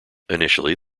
initially